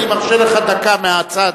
אני מרשה לך לדבר דקה מהצד,